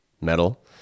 metal